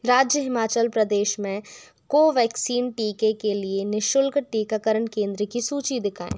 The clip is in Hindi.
राज्य हिमाचल प्रदेश में कोवैक्सीन टीके के लिए निशुल्क टीकाकरण केंद्र की सूची दिखाएँ